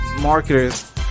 marketers